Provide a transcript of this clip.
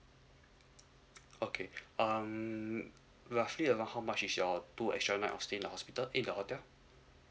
okay um lastly about how much is your two extra night of staying in the hospital in the hotel